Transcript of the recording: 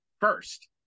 first